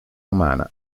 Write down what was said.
umana